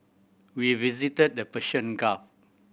we visited the Persian Gulf